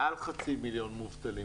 כבר מעל חצי מיליון מובטלים.